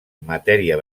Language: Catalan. matèria